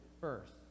first